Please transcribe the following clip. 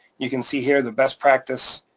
you can see here the best practice,